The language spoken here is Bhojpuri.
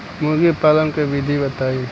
मुर्गी पालन के विधि बताई?